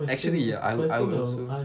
actually ya I would also